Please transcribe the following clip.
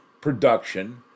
production